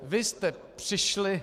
Vy jste přišli...